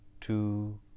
two